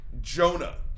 Jonah